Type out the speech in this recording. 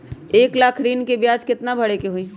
एक लाख ऋन के ब्याज केतना भरे के होई?